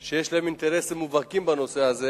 שיש להן אינטרסים מובהקים בנושא הזה?